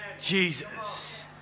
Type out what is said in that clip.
Jesus